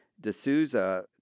D'Souza